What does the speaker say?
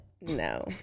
No